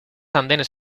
andenes